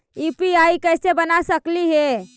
UPI कैसे बना सकली हे?